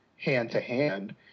hand-to-hand